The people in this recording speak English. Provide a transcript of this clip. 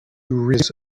realize